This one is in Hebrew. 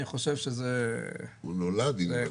אני חושב שזה --- הוא נולד אינווליד.